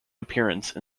appearance